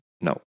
No